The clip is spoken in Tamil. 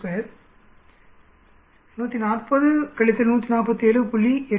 82 140 147